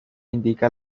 indica